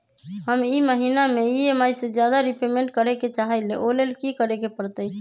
हम ई महिना में ई.एम.आई से ज्यादा रीपेमेंट करे के चाहईले ओ लेल की करे के परतई?